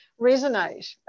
resonate